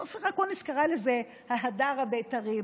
אופיר אקוניס קרא לזה ההדר הבית"רי,